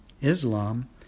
Islam